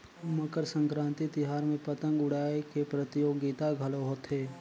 मकर संकरांति तिहार में पतंग उड़ाए के परतियोगिता घलो होथे